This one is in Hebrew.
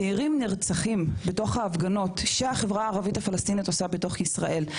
צעירים נרצחים בהפגנות שהחברה הערבית הפלסטינית עושה בתוך ישראל.